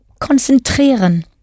Konzentrieren